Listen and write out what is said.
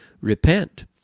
Repent